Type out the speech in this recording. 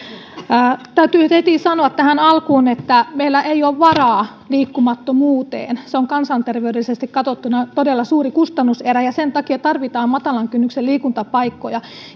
täytyy nyt heti sanoa tähän alkuun että meillä ei ole varaa liikkumattomuuteen se on kansanterveydellisesti katsottuna todella suuri kustannuserä ja sen takia tarvitaan matalan kynnyksen liikuntapaikkoja